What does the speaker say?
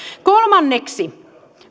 kolmanneksi